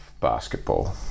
basketball